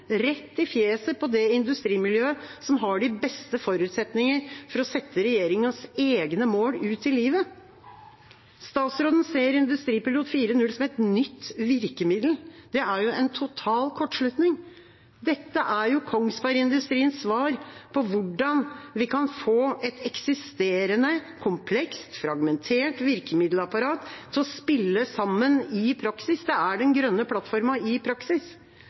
rett i fjeset på det industrimiljøet som har de beste forutsetninger for å sette regjeringas egne mål ut i livet. Statsråden ser industripilot 4.0 som et nytt virkemiddel. Det er jo en total kortslutning. Dette er jo Kongsbergindustriens svar på hvordan vi kan få et eksisterende, komplekst, fragmentert virkemiddelapparat til å spille sammen i praksis. Det er den grønne plattformen i praksis.